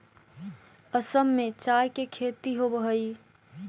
असम में चाय के खेती होवऽ हइ